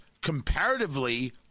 comparatively